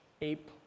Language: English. ape